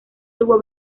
tuvo